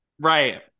Right